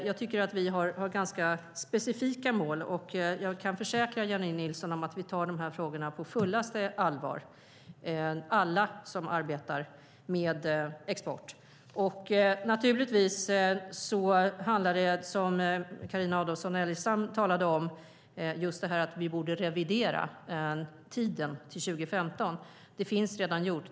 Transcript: Jag tycker att vi har ganska specifika mål, och jag kan försäkra Jennie Nilsson att vi tar frågorna på fullaste allvar. Det gör alla som arbetar med export. Naturligtvis handlar det, som Carina Adolfsson Elgestam sade, om att vi borde revidera tidpunkten 2015. Det finns redan gjort.